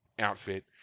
outfit